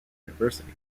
university